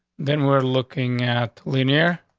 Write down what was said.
then we're looking at linear.